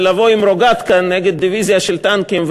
זה לבוא עם רוגטקה נגד דיביזיה של טנקים,